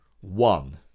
one